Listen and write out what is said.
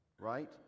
right